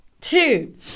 two